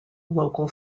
local